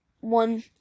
one